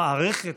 המערכת,